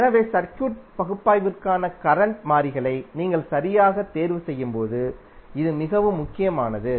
எனவே சர்க்யூட் பகுப்பாய்விற்கான கரண்ட் மாறிகளை நீங்கள் சரியாக தேர்வு செய்யும்போது இது மிகவும் முக்கியமானது